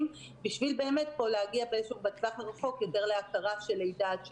בשביל להגיע בטווח הרחוק להכרה של לידה עד שלוש,